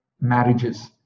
marriages